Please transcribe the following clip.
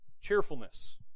cheerfulness